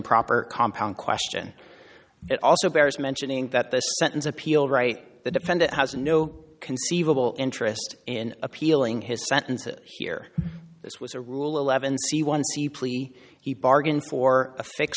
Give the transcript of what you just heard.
improper compound question it also bears mentioning that the sentence appealed right the defendant has no conceivable interest in appealing his sentences here this was a rule eleven c one c plea he bargained for a fix